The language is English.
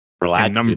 Relax